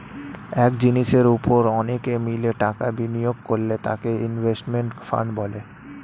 এক জিনিসের উপর অনেকে মিলে টাকা বিনিয়োগ করলে তাকে ইনভেস্টমেন্ট ফান্ড বলে